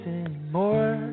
anymore